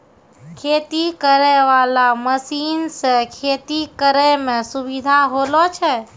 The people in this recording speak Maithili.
खेती करै वाला मशीन से खेती करै मे सुबिधा होलो छै